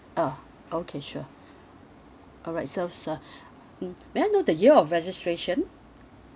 oh okay sure alright sorry sir mmhmm may I know the year of registration